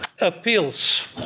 appeals